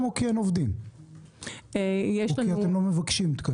או כי אין עובדים או כי אתם לא מבקשים תקנים?